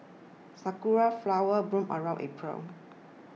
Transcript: sakura flowers bloom around April